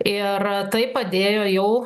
ir tai padėjo jau